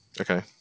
Okay